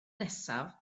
nesaf